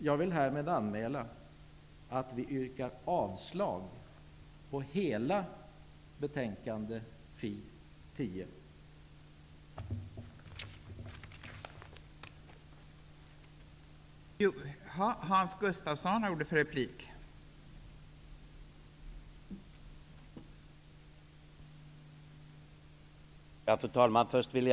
Jag vill härmed anmäla att vi yrkar avslag på utskottets hemställan i sin helhet i betänkande FiU10.